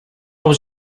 was